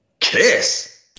Kiss